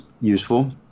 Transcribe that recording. useful